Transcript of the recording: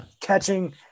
catching